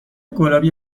گلابی